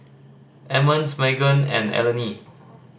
Emmons Magan and Eleni